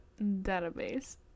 database